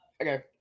okay